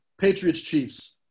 Patriots-Chiefs